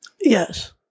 Yes